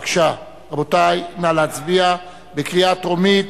בבקשה, רבותי, נא להצביע בקריאה טרומית: